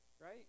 Right